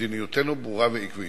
מדיניותנו ברורה ועקבית.